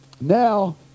now